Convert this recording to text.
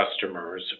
customers